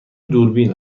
دوربین